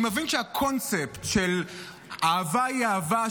אני מבין שהקונספט של אהבה היא אהבה,